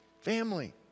family